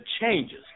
changes